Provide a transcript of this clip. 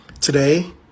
Today